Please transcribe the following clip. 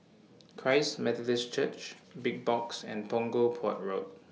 Christ Methodist Church Big Box and Punggol Port Road